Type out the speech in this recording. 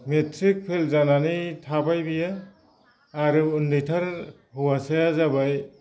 matric fail जानानै थाबाय बियो आरो उन्दैथार हौवासाया जाबाय